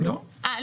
או להגיד משהו אחר,